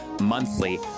monthly